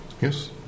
Yes